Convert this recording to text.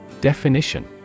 Definition